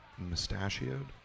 mustachioed